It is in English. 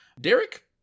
Derek